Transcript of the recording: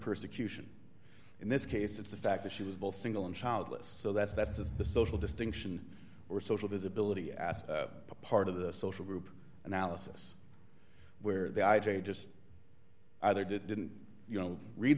persecution in this case it's the fact that she was both single and childless so that's that's the social distinction or social visibility as part of the social group analysis where the i j a just either did didn't you know read